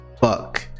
fuck